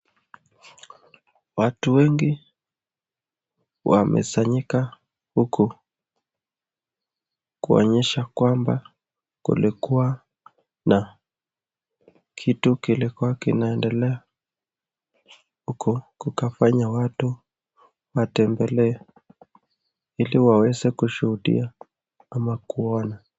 Watu wengi wamekusanyika huku kuonyesha kwamba kulikuwa na kitu kilikuwa kinaendelea huku kukafanya watu watembelee ili waweze kushuhudia ama kuona.